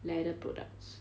leather products